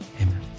Amen